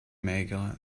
maigre